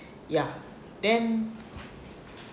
ya then